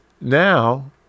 now